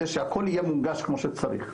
כדי שהכול יהיה מונגש כמו שצריך.